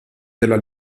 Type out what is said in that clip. della